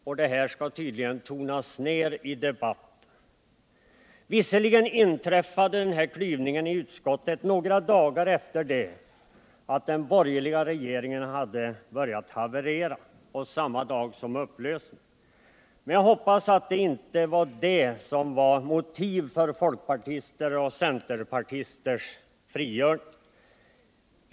Men detta skall tydligen tonas ned i debatten. Visserligen inträffade denna klyvning i utskottet några dagar efter det att den borgerliga regeringen hade börjat haverera och samma dag som den upplöstes, men jag hoppas att det inte är den sprängningen som är motivet för folkpartisters och centerpartisters frigörelse.